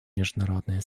международное